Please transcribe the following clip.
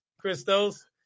Christos